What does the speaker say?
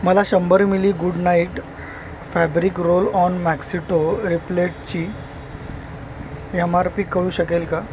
मला शंभर मिली good knight fabric roll on mosquito रिप्लेटची एम आर पी कळू शकेल का